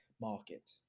market